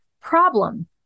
problem